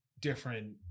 different